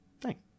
Thanks